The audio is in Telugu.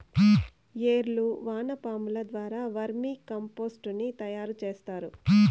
ఏర్లు వానపాముల ద్వారా వర్మి కంపోస్టుని తయారు చేస్తారు